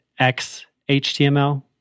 XHTML